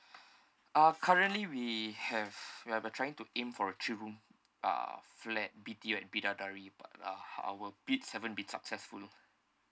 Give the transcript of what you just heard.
uh currently we have we have been trying to aim for a three room uh flat B_T_O in bidadari but uh our bids haven't been successful